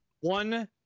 one